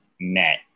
met